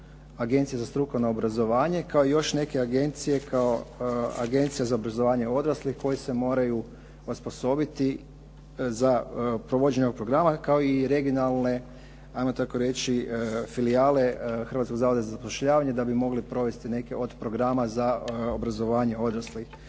Agencije za strukovno obrazovanje kao i još neke agencije, kao Agencija za obrazovanje odraslih koje se moraju osposobiti za provođenje ovog programa kao i regionalne hajmo tako reći filijale Hrvatskog zavoda za zapošljavanje da bi mogli provesti neke od programa za obrazovanje odraslih.